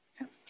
Yes